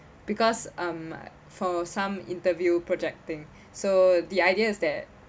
because um for some interview projecting so the idea is that